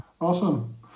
Awesome